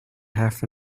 half